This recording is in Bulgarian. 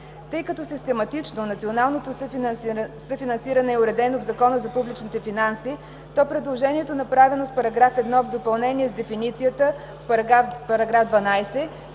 Тъй като систематично националното съфинансиране е уредено в Закона за публичните финанси, то предложението, направено с § 1 в допълнение с дефиницията в § 12,